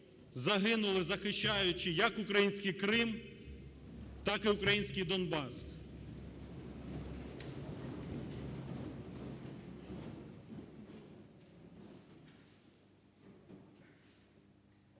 загинули, захищаючи як український Крим, так і український Донбас.